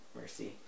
mercy